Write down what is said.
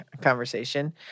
conversation